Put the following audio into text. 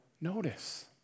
notice